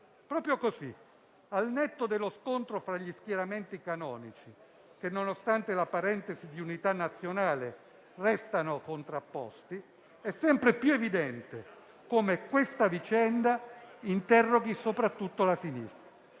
proprio così: al netto dello scontro fra gli schieramenti canonici, che nonostante la parentesi di unità nazionale restano contrapposti, è sempre più evidente come questa vicenda interroghi soprattutto la sinistra.